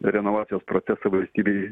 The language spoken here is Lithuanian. renovacijos procesą valstybėj